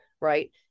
right